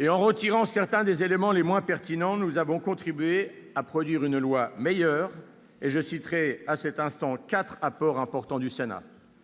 et en retirant certains des éléments les moins pertinents, nous avons contribué à produire un texte de loi meilleur. Je citerai, à cet égard, quatre apports importants du Sénat